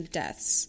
deaths